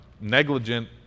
negligent